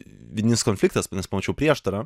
vidinis konfliktas nes mačiau prieštarą